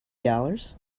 dollars